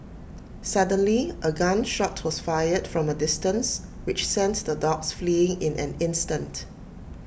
suddenly A gun shot was fired from A distance which sent the dogs fleeing in an instant